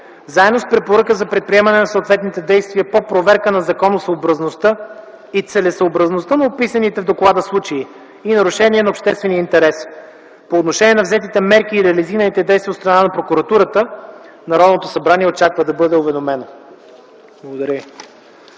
заедно с препоръка за предприемане на съответните действия по проверка на законосъобразността и целесъобразността на описаните в доклада случаи и нарушения на обществения интерес. По отношение на взетите мерки и реализираните действия от страна на прокуратурата Народното събрание очаква да бъде уведомено.” Благодаря